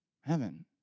heaven